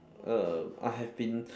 err I have been